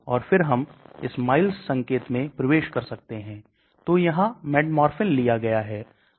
ताकि emulsion अच्छी तरह से घुलने में सक्षम हो या मिश्रित एजेंट को जोड़ सकते हैं ताकि यह दवा के साथ मिश्रित हो जाए और इसलिए घुलनशीलता में सुधार हो